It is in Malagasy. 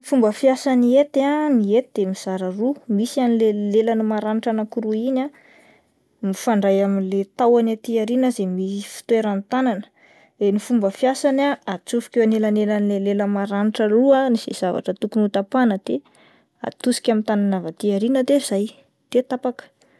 Fomba fiasan'ny hety, ny hety de mizara roa misy an'le lelany maranitra anakiroa iny mifandray amin'ilay tahony aty aoriana izay misy fitoerany tanàna, de ny fomba fiasany ah atsofoka eo anelanelan'le lelany marainitra roa ny izay zavatra tokony ho tapahina de atosika amin'ny tanana avy atya aoriana de zay, de tapaka.